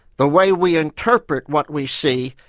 the way we interpret what we see,